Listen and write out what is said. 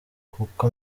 uko